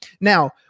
Now